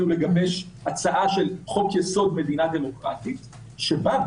לגבש הצעה של חוק יסוד מדינה דמוקרטית שבה,